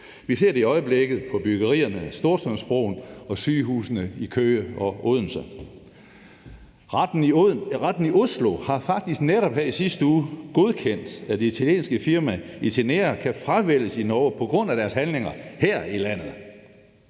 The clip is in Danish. Vi ser det i øjeblikket på byggerierne af Storstrømsbroen og sygehusene i Køge og i Odense. Retten i Oslo har faktisk netop her i sidste uge godkendt, at det italienske firma Itinera kan fravælges i Norge på grund af deres handlinger her i landet.